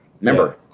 Remember